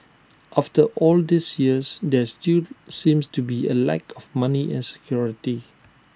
after all these years there still seems to be A lack of money and security